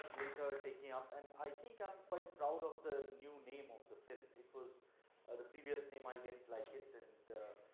later taking up. and i think i'm quite proud of the new name of the film. it was, the previous name i didn't like it, and.